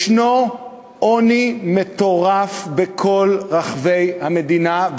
יש עוני מטורף בכל רחבי המדינה,